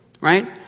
right